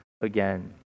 again